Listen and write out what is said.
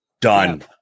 Done